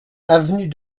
avenue